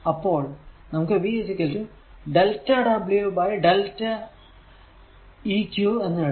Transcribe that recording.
അപ്പോൾ നമുക്ക് v delta w by delta eq എന്ന് എഴുതാം